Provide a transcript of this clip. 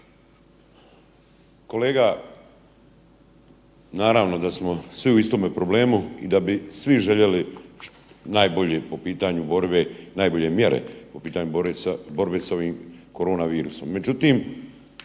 Kolega, naravno da smo svi u istom problemu i da bi svi željeli najbolje mjere po pitanju borbe sa ovim korona virusom.